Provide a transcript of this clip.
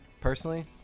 personally